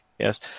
yes